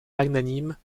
magnanime